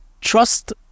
Trust